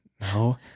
No